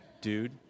Dude